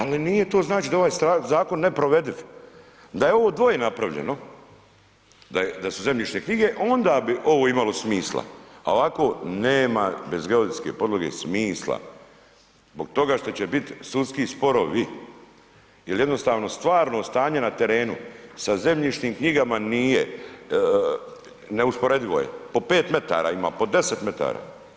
Ali nije, to znači da je ovaj Zakon neprovediv, da je ovo dvoje napravljeno, da su zemljišne knjige, onda bi ovo imalo smisla, a ovako nema bez geodetske podloge smisla, zbog toga što će biti sudski sporovi, jer jednostavno stvarno stanje na terenu sa zemljišnim knjigama nije, neusporedivo je, po pet metara ima, po deset metara.